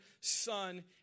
Son